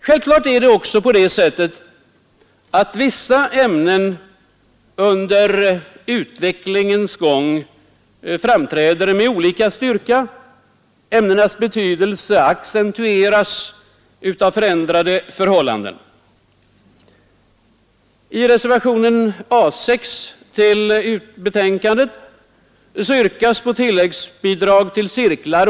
Självfallet är det också så att behovet av vissa ämnen under utvecklingens gång framträder med olika styrka. Ämnenas betydelse accentueras av förändrade förhållanden.